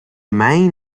main